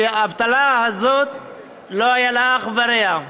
האבטלה הזאת לא היה לה אח ורע.